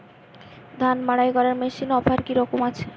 ধান মাড়াই করার মেশিনের অফার কী রকম আছে?